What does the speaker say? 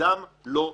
תפקידם לא דומה,